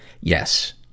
Yes